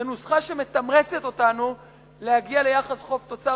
זו נוסחה שמתמרצת אותנו להגיע ליחס חוב-תוצר